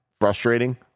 frustrating